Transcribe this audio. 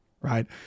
right